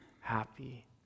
happy